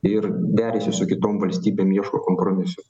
ir derasi su kitom valstybėm ieško kompromisų